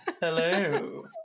Hello